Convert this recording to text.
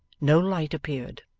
no light appeared.